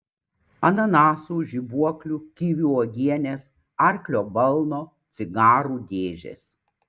ananasų žibuoklių kivių uogienės arklio balno cigarų dėžės